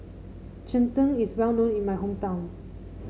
Cheng Tng is well known in my hometown